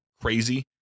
crazy